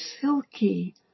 silky